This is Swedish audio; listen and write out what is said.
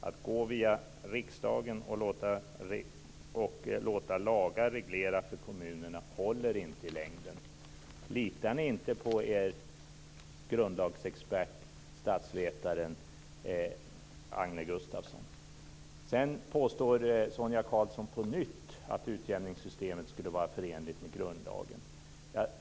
Att gå via riksdagen och låta lagar reglera för kommunerna håller inte i längden." Litar ni inte på er grundlagsexpert, statsvetaren Sedan påstår Sonia Karlsson på nytt att utjämningssystemet skulle vara förenligt med grundlagen.